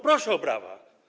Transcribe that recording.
Proszę o brawa.